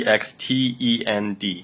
?Extend